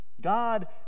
God